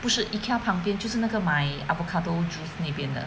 不是 Ikea 旁边就是那个买 avocado juice 那边的